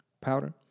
powder